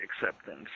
acceptance